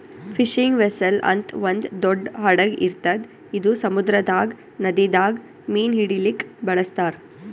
fishing vessel ಅಂತ್ ಒಂದ್ ದೊಡ್ಡ್ ಹಡಗ್ ಇರ್ತದ್ ಇದು ಸಮುದ್ರದಾಗ್ ನದಿದಾಗ್ ಮೀನ್ ಹಿಡಿಲಿಕ್ಕ್ ಬಳಸ್ತಾರ್